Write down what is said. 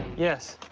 yes?